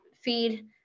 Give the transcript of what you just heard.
feed